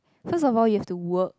first of all you have to work